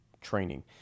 training